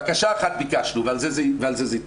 בקשה אחת ביקשנו ועל זה זה התפוצץ.